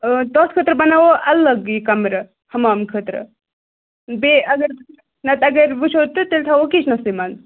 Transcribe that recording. اۭں تَتھ خٲطرٕ بَناوَو الگ یہِ کَمرٕ حمام خٲطرٕ بیٚیہِ اگر نَتہٕ اگر وٕچھو تہٕ تیٚلہِ تھاوَو کِچنَسٕے منٛز